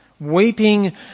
weeping